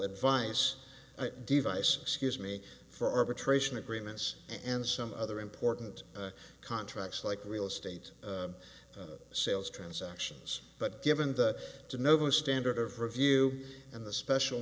advice device excuse me for arbitration agreements and some other important contracts like real estate sales transactions but given that to no standard of review and the special